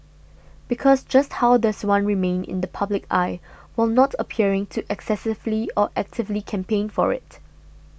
because just how does one remain in the public eye while not appearing to excessively or actively campaign for it